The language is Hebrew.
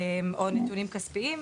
או נתונים כספיים.